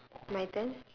my turn